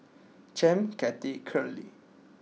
Champ Cathy Curley